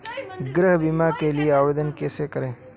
गृह बीमा के लिए आवेदन कैसे करें?